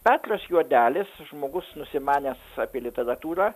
petras juodelis žmogus nusimanęs apie literatūrą